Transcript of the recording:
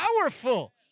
powerful